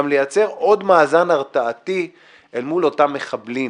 גם לייצר עוד מאזן הרתעתי אל מול אותם מחבלים.